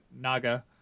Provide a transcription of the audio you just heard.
Naga